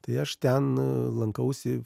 tai aš ten lankausi